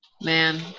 Man